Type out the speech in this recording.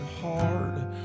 hard